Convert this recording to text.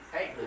Hey